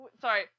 Sorry